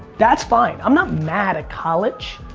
that's fine. i'm not mad at college.